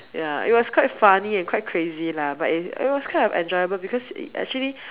ya it was quite funny and quite crazy lah but it was kind of enjoyable because it actually